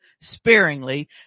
sparingly